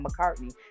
McCartney